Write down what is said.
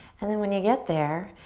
and then when you get there,